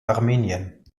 armenien